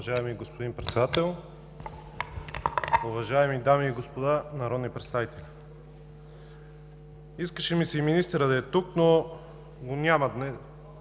Уважаеми господин Председател, уважаеми дами и господа народни представители! Искаше ми се и министърът да е тук, но го няма в